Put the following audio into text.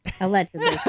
Allegedly